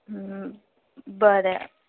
बरें